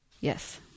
Yes